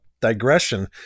digression